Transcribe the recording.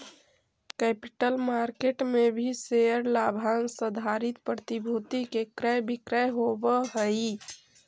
capital market में भी share लाभांश आधारित प्रतिभूति के क्रय विक्रय होवऽ हई